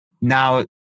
Now